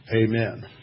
Amen